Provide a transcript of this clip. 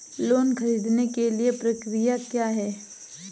Loan ख़रीदने के लिए प्रक्रिया क्या है?